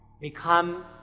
become